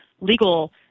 legal